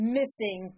missing